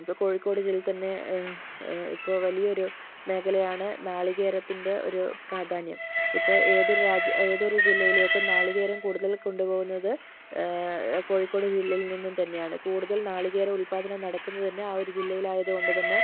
ഇപ്പോൾ കോഴിക്കോട് ജില്ലയില് തന്നെ ഇപ്പോൾ വലിയൊരു മേഖലയാണ് നാളികേരത്തിന്റെ ഒരു പ്രാധാന്യം ഇപ്പോൾ ഏതൊരു രാജ്യ ഏതൊരു ജില്ലയിലേക്കും നാളികേരം കൂടുതല് കൊണ്ടുപോകുന്നത് കോഴിക്കോട് ജില്ലയില് നിന്ന് തന്നെയാണ് കൂടുതല് നാളികേര ഉത്പാദനം നടക്കുന്നത് തന്നെ ആ ഒരു ജില്ലയിലായതു കൊണ്ടുതന്നെ